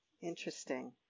Interesting